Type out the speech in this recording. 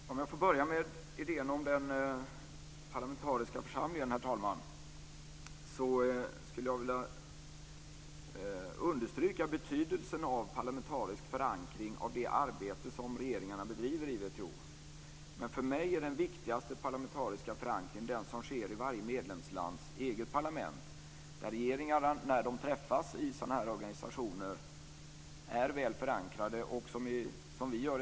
Herr talman! Om jag får börja med idén om den parlamentariska församlingen, skulle jag vilja understryka betydelsen av parlamentarisk förankring av det arbete som regeringarna bedriver i WTO. För mig är den viktigaste parlamentariska förankringen den som sker i varje medlemslands eget parlament. När regeringarna träffas i sådana här organisationer är de därmed väl förankrade.